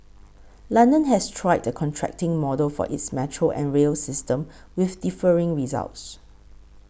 London has tried a contracting model for its metro and rail system with differing results